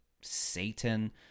Satan